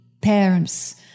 parents